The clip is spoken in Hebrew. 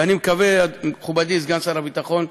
ואני מקווה, מכובדי סגן שר הביטחון,